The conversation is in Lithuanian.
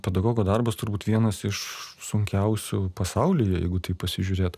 pedagogo darbas turbūt vienas iš sunkiausių pasaulyje jeigu taip pasižiūrėt